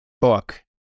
book